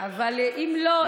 אבל אם לא,